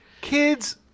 Kids